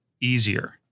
easier